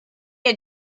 had